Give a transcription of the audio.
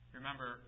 Remember